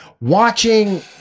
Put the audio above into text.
watching